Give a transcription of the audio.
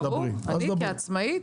אני רוצה לחזור לעניין של נשים עצמאיות.